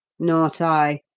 not i,